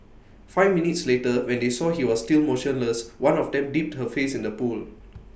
five minutes later when they saw he was still motionless one of them dipped her face in the pool